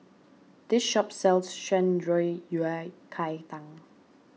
this shop sells Shan Rui Cai Tang